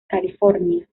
california